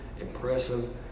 impressive